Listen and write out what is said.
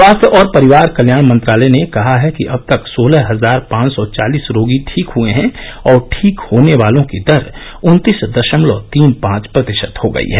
स्वास्थ्य और परिवार कल्याण मंत्रालय ने कहा है कि अब तक सोलह हजार पांच सौ चालीस रोगी ठीक हुए हैं और ठीक होने वालों की दर उन्तीस दशमलव तीन पांच प्रतिशत हो गई है